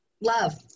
love